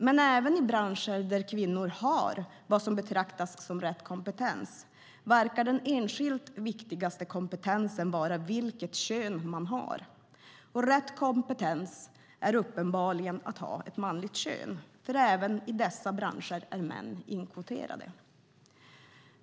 Men även i branscher där kvinnor har vad som betraktas som rätt kompetens verkar den enskilt viktigaste kompetensen vara vilket kön man har, och rätt kompetens är uppenbarligen att ha ett manligt kön. För även i dessa branscher är män inkvoterade.